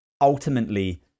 ultimately